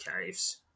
caves